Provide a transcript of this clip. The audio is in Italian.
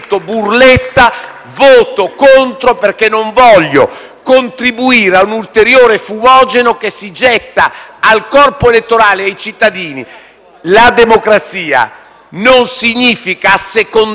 burletta, perché non voglio contribuire a un ulteriore fumogeno che si getta al corpo elettorale e ai cittadini. La democrazia non significa assecondare